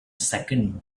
second